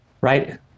Right